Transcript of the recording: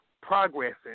progressing